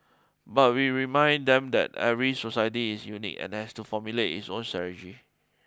but we remind them that every society is unique and has to formulate its own strategy